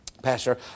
Pastor